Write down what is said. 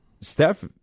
Steph